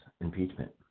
impeachment